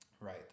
right